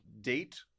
date